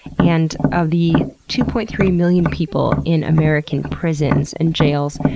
and of the two point three million people in american prisons and jails,